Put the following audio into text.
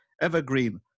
Evergreen